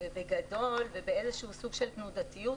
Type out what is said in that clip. ובגדול ובאיזשהו סוג של תנודתיות,